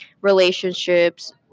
relationships